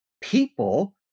people